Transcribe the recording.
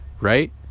right